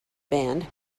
band